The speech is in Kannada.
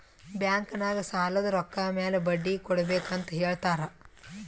ಬ್ಯಾಂಕ್ ನಾಗ್ ಸಾಲದ್ ರೊಕ್ಕ ಮ್ಯಾಲ ಬಡ್ಡಿ ಕೊಡ್ಬೇಕ್ ಅಂತ್ ಹೇಳ್ತಾರ್